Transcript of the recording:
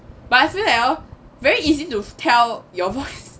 but I feel like very easy to tell your voice